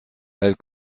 elle